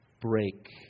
break